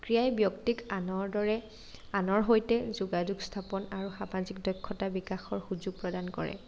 ক্ৰীড়াই ব্যক্তিক আনৰ দৰে আনৰ সৈতে যোগাযোগ স্থাপন আৰু সামাজিক দক্ষতা বিকাশৰ সুযোগ প্ৰদান কৰে